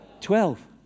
Twelve